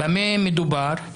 במה מדובר?